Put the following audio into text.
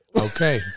okay